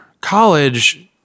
college